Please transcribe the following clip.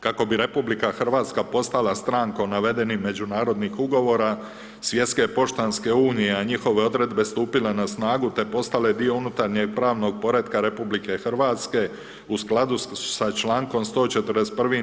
Kako bi RH postala strankom navedenih međunarodnih ugovora Svjetske poštanske unije a njihove odredbe stupile na snagu te postale dio unutarnjeg i pravnog poretka RH, u skladu sa člankom 141.